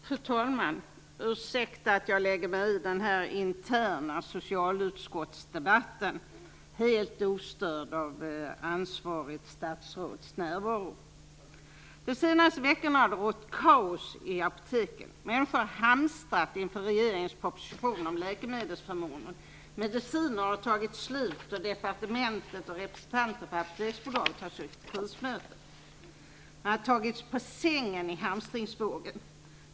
Fru talman! Ursäkta att jag lägger mig i denna interna socialutskottsdebatt, helt ostörd av ansvarigt statsråds närvaro. De senaste veckorna har det rått kaos på apoteken. Människor har hamstrat inför regeringens proposition om läkemedelsförmåner. Mediciner har tagit slut, och departementet och representanter för Apoteksbolaget har suttit i krismöte. Man har tagits på sängen i hamstringsvågen.